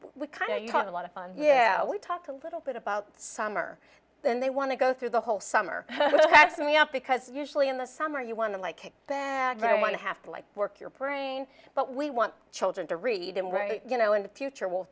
we kind of talk a lot of fun yeah we talked a little bit about summer then they want to go through the whole summer that's me up because usually in the summer you want to like them very much to have to like work your brain but we want children to read and write you know in the future w